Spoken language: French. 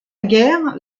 guerre